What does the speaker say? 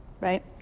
right